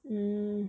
hmm